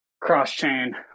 cross-chain